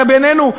הרי בינינו,